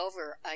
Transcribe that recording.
over